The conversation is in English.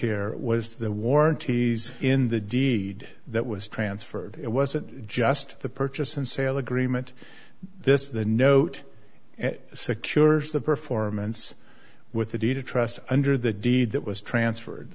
here was the warranties in the deed that was transferred it wasn't just the purchase and sale agreement this is the note it secures the performance with a deed of trust under the deed that was transferred